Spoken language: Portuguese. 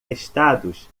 estados